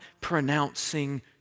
pronouncing